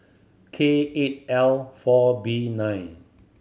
K eight L four B nine